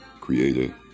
Creator